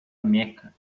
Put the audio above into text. meca